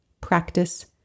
practice